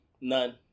None